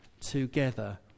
together